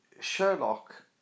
Sherlock